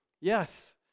Yes